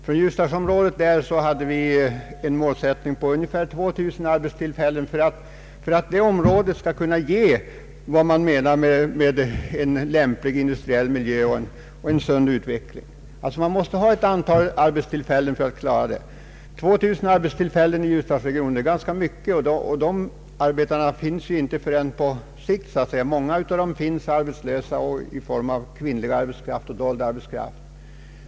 För Ljusdalsområdets del hade vi en målsättning på ungefär 2 000 arbetstillfällen för att det området skall kunna ge vad man menar med en lämplig industriell miljö och en sund, balanserad utveckling. Man måste ha detta antal arbetstillfällen för att klara den uppgiften. 2 000 arbetstillfällen i Ljusdalsregionen är ganska mycket, och de arbetarna finns ju inte förrän på sikt så att säga. Många av dessa finns i form av arbetslös kvinnlig arbetskraft och annan dold arbetskraft.